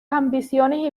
ambiciones